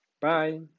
Bye